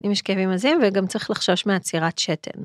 אם יש כאבים עזים וגם צריך לחשוש מעצירת שתן.